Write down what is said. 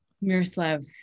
Miroslav